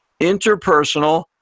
interpersonal